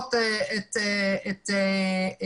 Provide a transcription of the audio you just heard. שמכריחות את היצרנים,